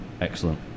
excellent